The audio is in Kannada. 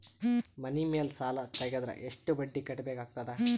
ಮನಿ ಮೇಲ್ ಸಾಲ ತೆಗೆದರ ಎಷ್ಟ ಬಡ್ಡಿ ಕಟ್ಟಬೇಕಾಗತದ?